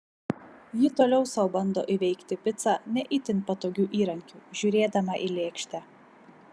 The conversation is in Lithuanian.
ji toliau sau bando įveikti picą ne itin patogiu įrankiu žiūrėdama į lėkštę